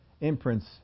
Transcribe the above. imprints